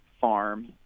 farm